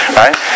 right